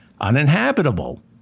uninhabitable